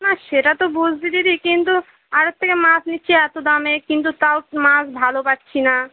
না সেটা তো বুঝছি দিদি কিন্তু আড়ত থেকে মাছ নিচ্ছি এতো দামে কিন্তু তাও মাছ ভালো পাচ্ছি না